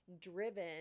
driven